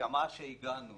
ההסכמה שהגענו,